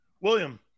William